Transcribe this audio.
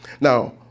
Now